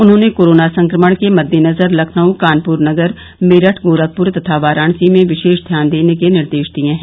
उन्होंने कोरोना सकमण के मददेनजर लखनऊ कानपुर नगर मेरठ गोरखपुर तथा वाराणसी में विशेष ध्यान देने के निर्देश दिये हैं